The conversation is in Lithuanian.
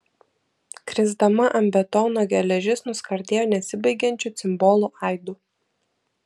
krisdama ant betono geležis nuskardėjo nesibaigiančiu cimbolų aidu